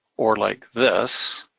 or like this,